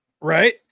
Right